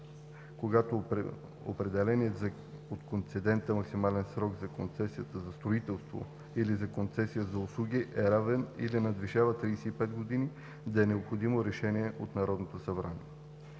когато определеният от концедента максимален срок за концесия за строителство или за концесия за услуги е равен или надвишава 35 години, да е необходимо разрешение от Народното събрание;